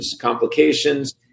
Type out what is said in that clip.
complications